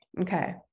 Okay